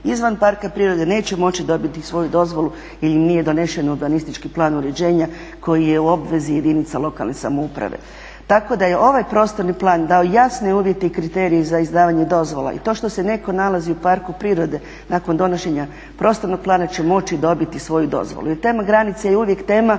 izvan parka prirode neće moći dobiti svoju dozvolu jer im nije donesen urbanistički plan uređenja koji je u obvezi jedinica lokalne samouprave. Tako da je ovaj prostorni plan dao jasne uvjete i kriterije za izdavanje dozvola i to što se netko nalazi u parku prirode nakon donošenja prostornog plana će moći dobiti svoju dozvolu.